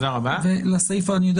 אני יודע